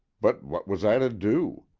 but what was i to do?